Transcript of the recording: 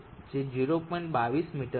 22 metre છે